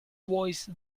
voice